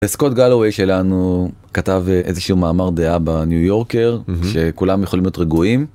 סקוט גלווי שלנו כתב איזה שהוא מאמר דעה בניו יורקר שכולם יכולים את רגועים.